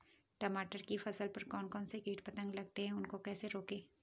टमाटर की फसल पर कौन कौन से कीट पतंग लगते हैं उनको कैसे रोकें?